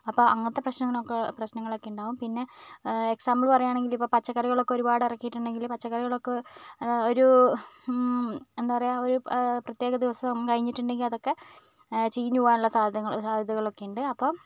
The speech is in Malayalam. അപ്പോൾ അങ്ങനത്തെ പ്രശ്നങ്ങളൊക്കെ പ്രശ്നങ്ങളൊക്കെയുണ്ടാവും പിന്നെ എക്സാമ്പിള് പറയുകയാണെങ്കിലിപ്പോൾ പച്ചക്കറികളൊക്കെ ഒരുപാട് ഇറക്കിട്ടുണ്ടെങ്കിൽ പച്ചക്കറികളൊക്കെ ഒരു എന്താ പറയാ ഒരു പ്രത്യേക ദിവസം കഴിഞ്ഞിട്ടുണ്ടെങ്കിൽ അതൊക്കെ ചീഞ്ഞു പോവാനുള്ള സാധ്യത സാധ്യതകളൊക്കെയുണ്ട് അപ്പം